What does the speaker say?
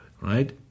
right